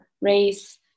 race